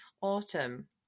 autumn